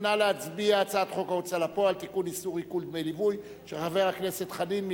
חוק ההוצאה לפועל זה ועדת החוקה, זו הוועדה